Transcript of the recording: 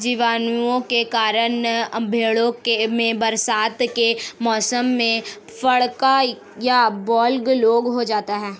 जीवाणुओं के कारण भेंड़ों में बरसात के मौसम में फड़का या ब्लैक लैग हो जाता है